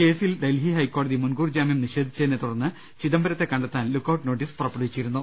കേസിൽ ഡൽഹി ഹൈക്കോടതി മുൻകൂർജാമ്യം നിഷേധിച്ചതിനെത്തുടർന്ന് ചിദംബരത്തെ കണ്ടെത്താൻ ലുക്കൌട്ട് നോട്ടീസ് പുറപ്പെടുവിച്ചിരുന്നു